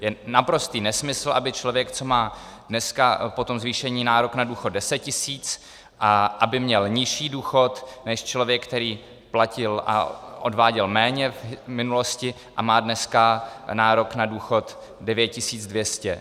Je naprostý nesmysl, aby člověk, co má dneska po tom zvýšení nárok na důchod 10 tisíc, měl nižší důchod než člověk, který platil a odváděl méně v minulosti a má dneska nárok na důchod 9 200.